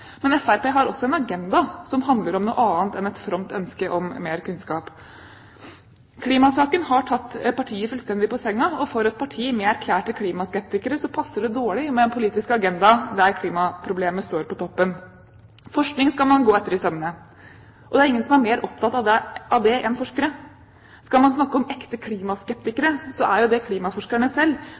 har også en agenda som handler om noe annet enn et fromt ønske om mer kunnskap. Klimasaken har tatt partiet fullstendig på sengen, og for et parti med folk som er erklærte klimaskeptikere, passer det dårlig med en politisk agenda der klimaproblemet står på toppen. Forskning skal man gå etter i sømmene. Ingen er mer opptatt av det enn forskere. Skal man snakke om ekte klimaskeptikere, er det klimaforskerne selv,